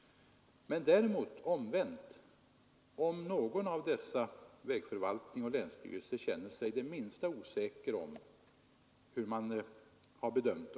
Om däremot någon av dessa — vägförvaltning och länsstyrelse — Nr 130 känner sig det minsta osäker på hur bedömningen gått till är förhållandet Måndagen den ett annat.